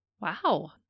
Wow